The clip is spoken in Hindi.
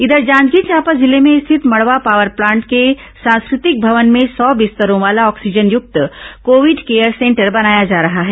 इधर जांजगीर चांपा जिले में स्थित मड़वा पावर प्लांट के सांस्कृतिक भवन में सौ बिस्तरों वाला ऑक्सीजन युक्त कोविड केयर सेंटर बनाया जा रहा है